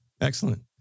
Excellent